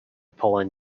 poland